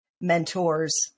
mentors